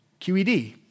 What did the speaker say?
QED